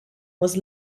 was